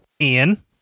Ian